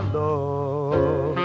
love